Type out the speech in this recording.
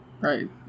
Right